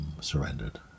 surrendered